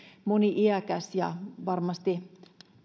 moni iäkäs ja varmasti